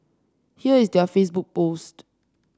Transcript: here is their Facebook post